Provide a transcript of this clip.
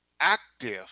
active